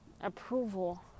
approval